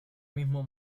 mismo